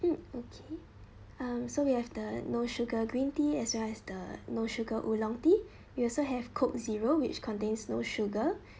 mm okay um so we have the no sugar green tea as well as the no sugar oolong tea you also have coke zero which contains no sugar